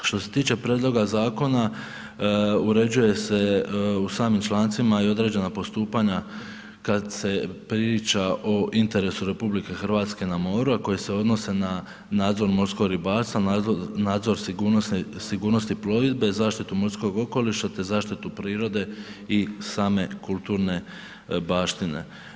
Što se tiče prijedloga zakona uređuje se u samim člancima i određena postupanja kada se priča o interesu RH na moru a koje se odnose na nadzor morskog ribarstva, nadzor sigurnosti plovidbe, zaštitu morskog okoliša te zaštitu prirode i same kulturne baštine.